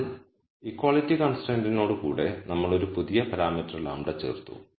എന്നാൽ ഇക്വാളിറ്റി കൺസ്ട്രെയിന്റിനോട് കൂടെ നമ്മൾ ഒരു പുതിയ പാരാമീറ്റർ λ ചേർത്തു